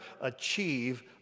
achieve